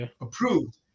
approved